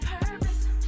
purpose